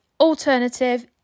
alternative